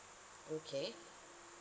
okay